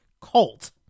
cult